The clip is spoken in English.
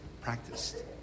practiced